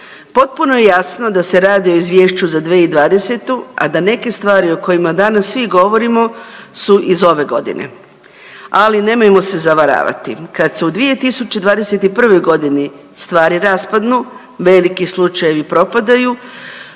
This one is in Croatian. potpuno je jasno da se radi o izvješću za 2020., a da neke stvari o kojima danas svi govorimo su iz ove godine, ali nemojmo se zavaravati. Kad se u 2021.g. stvari raspadnu, veliki slučajevi propadaju,